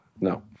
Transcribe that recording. No